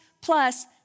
plus